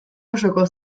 osoko